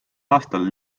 aastal